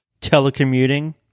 telecommuting